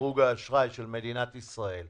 חברי הכנסת שצריך תקציב והוא יפתור הרבה בעיות.